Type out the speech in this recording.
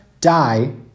die